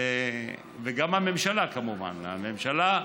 וגם הממשלה, כמובן, הממשלה,